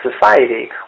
society